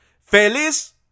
Feliz